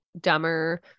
dumber